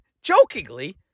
Jokingly